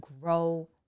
grow